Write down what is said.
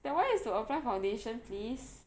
that [one] is to apply foundation please